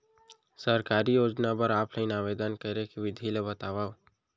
सरकारी योजना बर ऑफलाइन आवेदन करे के विधि ला बतावव